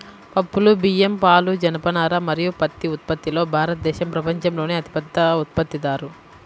పప్పులు, బియ్యం, పాలు, జనపనార మరియు పత్తి ఉత్పత్తిలో భారతదేశం ప్రపంచంలోనే అతిపెద్ద ఉత్పత్తిదారు